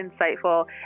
insightful